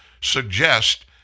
suggest